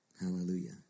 Hallelujah